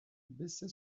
bessay